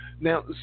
Now